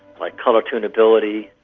like colour tuneability,